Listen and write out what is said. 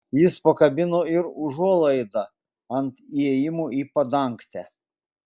jis pakabino ir užuolaidą ant įėjimo į padangtę